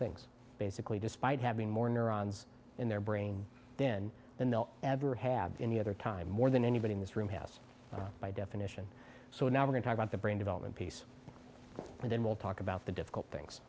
things basically despite having more neurons in their brain then they'll ever have any other time more than anybody in this room house by definition so now when talk about the brain development piece then we'll talk about the difficult things